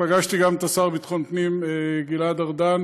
פגשתי גם את השר לביטחון הפנים גלעד ארדן